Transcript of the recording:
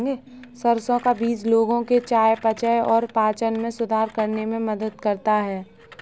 सरसों का बीज लोगों के चयापचय और पाचन में सुधार करने में मदद करता है